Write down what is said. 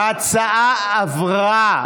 ההצעה עברה.